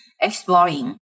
exploring